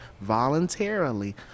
voluntarily